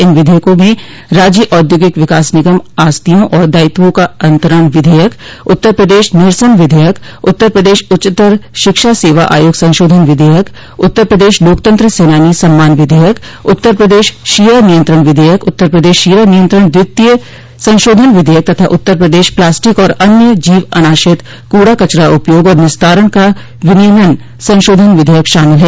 इन विधेयकों में राज्य औद्योगिक विकास निगम आस्तियों और दायित्वों का अतंरण विधेयक उत्तर प्रदेश निरसन विधेयक उत्तर प्रदेश उच्चतर शिक्षा सेवा आयोग संशोधन विधेयक उत्तर प्रदेश लोकतंत्र सेनानी सम्मान विधेयक उत्तर प्रदेश शीरा नियंत्रण विधेयक उत्तर प्रदेश शीरा नियंत्रण द्वितीय संशोधन विधेयक तथा उत्तर प्रदेश प्लास्टिक और अन्य जीव अनाशित कूड़ा कचरा उपयोग और निस्तारण का विनियमन संशोधन विधेयक शामिल है